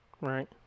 right